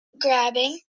grabbing